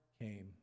came